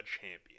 champion